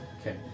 Okay